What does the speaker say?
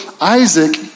Isaac